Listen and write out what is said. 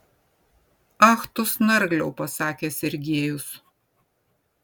ach tu snargliau pasakė sergiejus